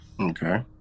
Okay